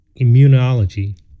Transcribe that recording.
immunology